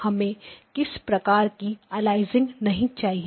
हमें किसी प्रकार की अलियासिंग नहीं चाहिए